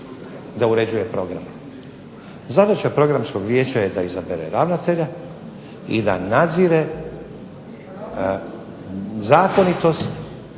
da uređuje program. Zadaća Programskog vijeća je da izabere ravnatelja i da nadzire zakonitost